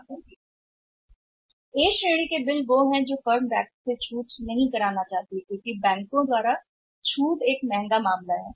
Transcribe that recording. bill प्राप्त करने वाली फर्मों की एक श्रेणी बिल प्राप्त करने के कारण बैंक से छूट प्राप्त नहीं करना चाहती है बैंकों के लिए छूट एक महंगा मामला है